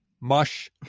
mush